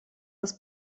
das